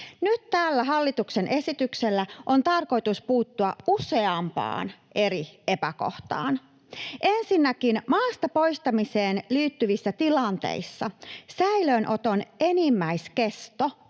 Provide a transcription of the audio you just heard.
hallituksen esityksellä on tarkoitus puuttua useampaan eri epäkohtaan. Ensinnäkin maasta poistamiseen liittyvissä tilanteissa säilöönoton enimmäiskesto